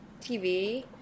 TV